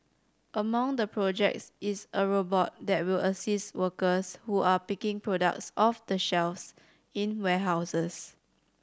among the projects is a robot that will assist workers who are picking products off the shelves in warehouses